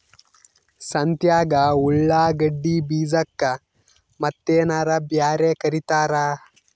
ಸಂತ್ಯಾಗ ಉಳ್ಳಾಗಡ್ಡಿ ಬೀಜಕ್ಕ ಮತ್ತೇನರ ಬ್ಯಾರೆ ಕರಿತಾರ?